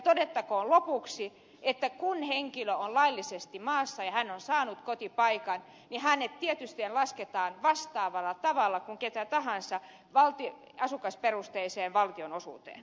todettakoon lopuksi että kun henkilö on laillisesti maassa ja hän on saanut kotipaikan niin hänet tietysti lasketaan vastaavalla tavalla kuin kenet tahansa asukasperusteiseen valtionosuuteen